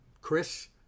Chris